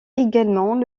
également